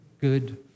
good